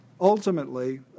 ultimately